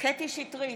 קטי קטרין שטרית,